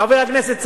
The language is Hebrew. חבר הכנסת צרצור: